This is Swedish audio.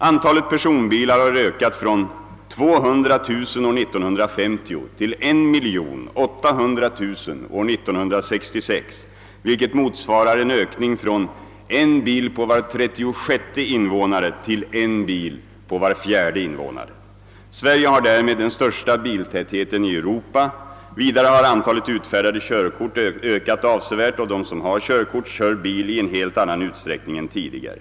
Antalet personbilar har ökat från 200 000 år 1950 till 1 800 000 år 1966, vilket motsvarar en ökning från en bil på 36 invånare till en bil på var fjärde invånare. Sverige har därmed den största biltätheten i Europa. Vidare har antalet utfärdade körkort ökat avsevärt, och de som har körkort kör bil i en helt annan utsträckning än tidigare.